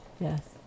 Yes